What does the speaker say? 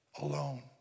alone